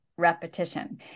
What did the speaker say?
repetition